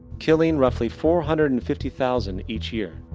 killing roughly four hundred and fifty thousand each year.